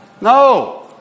No